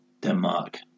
Denmark